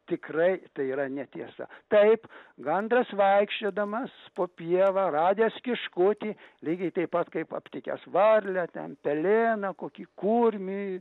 tikrai tai yra netiesa taip gandras vaikščiodamas po pievą radęs kiškutį lygiai taip pat kaip aptikęs varlę ten pelėną kokį kurmį